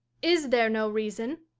is there no reason?